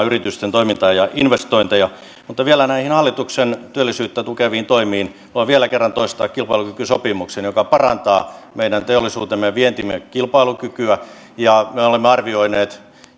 yritysten toimintaa ja investointeja vielä näihin hallituksen työllisyyttä tukeviin toimiin voin vielä kerran toistaa kilpailukykysopimuksen joka parantaa meidän teollisuutemme ja vientimme kilpailukykyä me olemme arvioineet